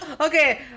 Okay